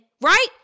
right